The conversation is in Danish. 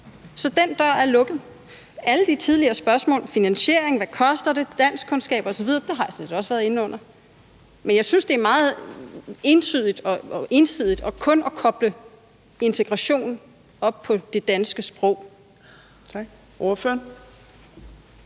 Så den dør er lukket. Alle de tidligere spørgsmål – om finansiering, hvad det koster, danskkundskaber osv. – har jeg sådan set også været inde på, men jeg synes, at det er meget ensidigt kun at koble integration op på det danske sprog.